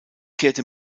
kehrte